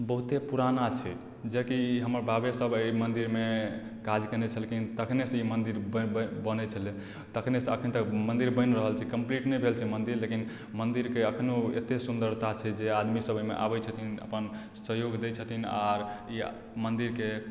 बहुते पुराना छै जे कि हमर बाबे सब अइ मन्दिरमे काज कयने छलखिन तखनेसँ ई मन्दिर बनि बन बनय छलै तखनेसँ एखन तक ई मन्दिर बनि रहल छै कम्प्लीट नहि भेल छै मन्दिर लेकिन मन्दिरके एखनो अते सुन्दरता छै जे आदमी सब अइमे आबय छथिन अपन सहयोग दै छथिन आर ई मन्दिरके